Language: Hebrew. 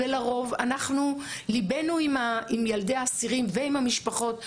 לרוב, ליבנו עם ילדי האסירים והמשפחות.